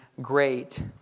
great